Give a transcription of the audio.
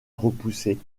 repoussés